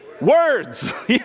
words